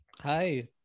Hi